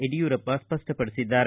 Yediyurappa ಸ್ಪಪ್ಪಡಿಸಿದ್ದಾರೆ